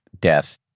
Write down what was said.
death